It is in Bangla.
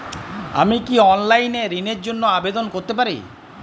আমি কি অনলাইন এ ঋণ র জন্য আবেদন করতে পারি?